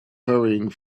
hurrying